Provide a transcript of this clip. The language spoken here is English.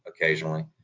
occasionally